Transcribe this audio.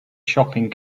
shopping